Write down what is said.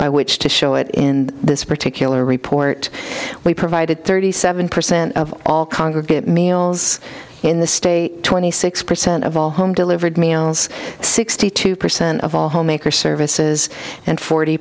by which to show it in this particular report we provided thirty seven percent of all congregate meals in the state twenty six percent of all home delivered meals sixty two percent of all homemaker services and forty